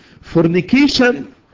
Fornication